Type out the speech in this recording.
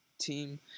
team